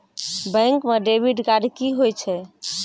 Bank म debit card की होय छै?